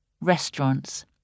restaurants